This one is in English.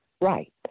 Right